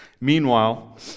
Meanwhile